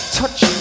touch